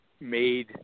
made